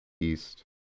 east